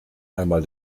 einmal